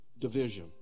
division